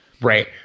Right